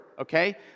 okay